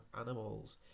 animals